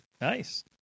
Nice